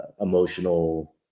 emotional